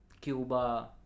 Cuba